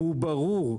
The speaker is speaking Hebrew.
והוא ברור,